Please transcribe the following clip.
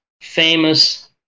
famous